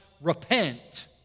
repent